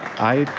i